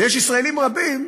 ויש ישראלים רבים